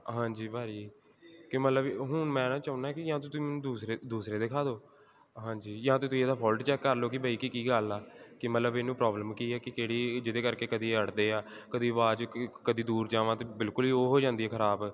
ਹਾਂਜੀ ਭਾਅ ਜੀ ਕਿ ਮਤਲਬ ਹੁਣ ਮੈਂ ਨਾ ਚਾਹੁੰਦਾ ਕਿ ਜਾਂ ਤੁਸੀਂ ਮੈਨੂੰ ਦੂਸਰੇ ਦੂਸਰੇ ਦਿਖਾ ਦਿਓ ਹਾਂਜੀ ਜਾਂ ਤਾਂ ਤੁਸੀਂ ਇਹਦਾ ਫੋਲਟ ਚੈੱਕ ਕਰ ਲਓ ਕਿ ਬਈ ਕੀ ਕੀ ਗੱਲ ਆ ਕਿ ਮਤਲਬ ਇਹਨੂੰ ਪ੍ਰੋਬਲਮ ਕੀ ਹੈ ਕਿ ਕਿਹੜੀ ਜਿਹਦੇ ਕਰਕੇ ਕਦੀ ਅੜਦੇ ਆ ਕਦੀ ਆਵਾਜ਼ ਕਦੀ ਦੂਰ ਜਾਵਾਂ ਤਾਂ ਬਿਲਕੁਲ ਹੀ ਉਹ ਹੋ ਜਾਂਦੀ ਖ਼ਰਾਬ